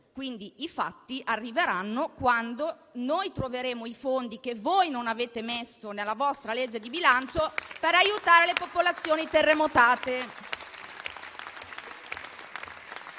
quindi, i fatti arriveranno quando noi troveremo i fondi che voi non avete messo nella vostra legge di bilancio per aiutare le popolazioni terremotate.